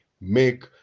make